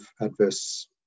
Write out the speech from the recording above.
adverse